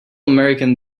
american